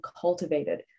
cultivated